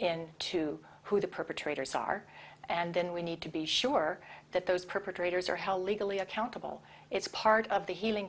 in to who the perpetrators are and we need to be sure that those perpetrators are held legally accountable it's part of the healing